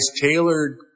tailored